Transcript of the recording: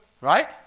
Right